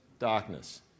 darkness